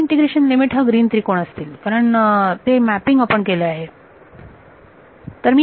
नवीन integration limit हा green त्रिकोण असतील कारण ते मॅपिंग आपण केले आहे